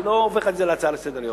אני לא הופך את זה להצעה לסדר-יום.